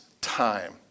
time